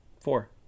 four